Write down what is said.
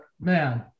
man